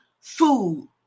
food